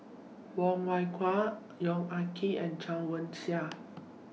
Wong Kwei Cheong Yong Ah Kee and Chen Wen Hsi